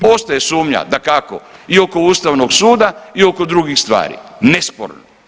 Ostaje sumnja, dakako i oko Ustavnog suda i oko drugih stvari nesporno.